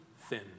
thin